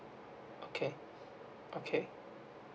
okay okay